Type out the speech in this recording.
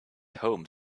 home